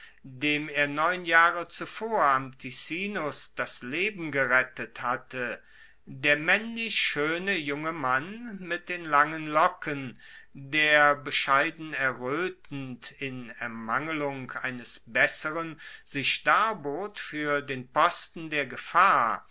dem er neun jahre zuvor am ticinus das leben gerettet hatte der maennlich schoene junge mann mit den langen locken der bescheiden erroetend in ermangelung eines besseren sich darbot fuer den posten der gefahr